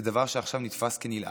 זה דבר שעכשיו נתפס כנלעג.